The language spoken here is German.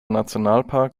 nationalpark